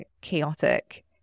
chaotic